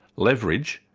leverage,